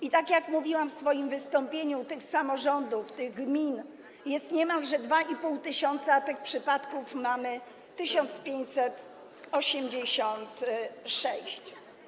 I tak jak mówiłam w swoim wystąpieniu, tych samorządów, tych gmin jest niemalże 2,5 tys., a tych przypadków mamy 1586.